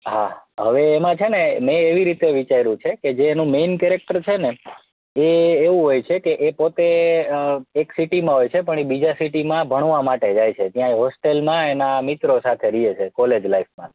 હા હવે એમાં છે ને મેં એવી રીતે વિચાર્યું છે કે જે એનું મેઇન કેરેક્ટર છે ને એ એવું હોય છે કે એ પોતે એક સિટીમાં હોય છે પણ બીજા સિટીમાં ભણવા માટે જાય છે ત્યાંય હોસ્ટેલમાં એના મિત્રો સાથે રહે છે કોલેજ લાઈફમાં